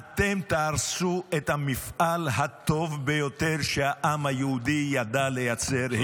אתם תהרסו את המפעל הטוב ביותר שהעם היהודי ידע לייצר.